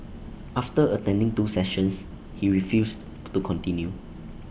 after attending two sessions he refused to continue